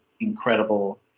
incredible